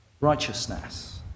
righteousness